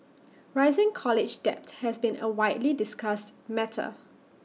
rising college debt has been A widely discussed matter